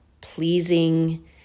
pleasing